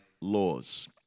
laws